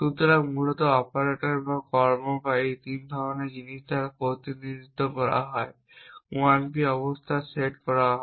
সুতরাং মূলত অপারেটর বা কর্ম এই 3 ধরনের জিনিষ দ্বারা প্রতিনিধিত্ব করা হয় 1 p অবস্থার সেট করা হয়